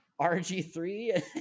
RG3